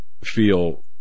feel